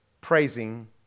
Praising